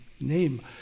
name